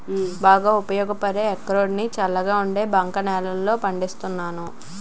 బాగా ఉపయోగపడే అక్రోడ్ ని చల్లగా ఉండే బంక నేలల్లో పండిస్తున్నాను